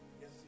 Yes